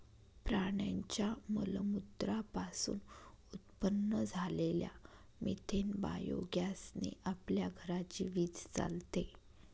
प्राण्यांच्या मलमूत्रा पासून उत्पन्न झालेल्या मिथेन बायोगॅस ने आपल्या घराची वीज चालते